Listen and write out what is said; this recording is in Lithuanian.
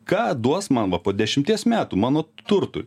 ką duos man va po dešimties metų mano turtui